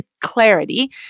clarity